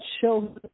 show